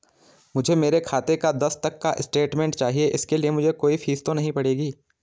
मुझे मेरे खाते का दस तक का स्टेटमेंट चाहिए इसके लिए मुझे कोई फीस तो नहीं पड़ेगी?